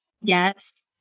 Yes